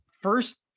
first